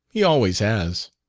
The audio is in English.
he always has.